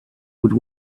would